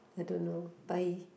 I don't know but he